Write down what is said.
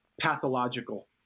pathological